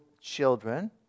children